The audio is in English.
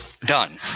Done